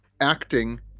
acting